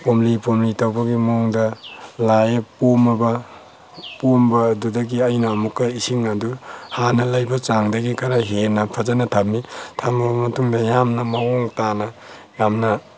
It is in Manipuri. ꯄꯣꯝꯂꯤ ꯄꯣꯝꯂꯤ ꯇꯧꯕꯒꯤ ꯃꯑꯣꯡꯗ ꯂꯥꯏꯌꯦꯛ ꯄꯣꯝꯃꯕ ꯄꯣꯝꯕ ꯑꯗꯨꯗꯒꯤ ꯑꯩꯅ ꯑꯃꯨꯛꯀ ꯏꯁꯤꯡ ꯑꯗꯨ ꯍꯥꯟꯅ ꯂꯩꯕ ꯆꯥꯡꯗꯒꯤ ꯈꯔ ꯍꯦꯟꯅ ꯐꯖꯅ ꯊꯝꯃꯤ ꯊꯝꯃꯕ ꯃꯇꯨꯡꯗ ꯌꯥꯝꯅ ꯃꯑꯣꯡ ꯇꯥꯅ ꯌꯥꯝꯅ